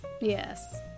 yes